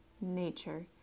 nature